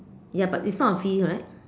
ya but it's not a V right